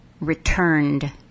returned